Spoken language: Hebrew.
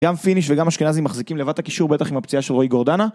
גם פיניש וגם אשכנזי מחזיקים לבת הקישור בטח עם הפציעה של רועי גורדנה